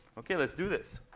ok let's do this.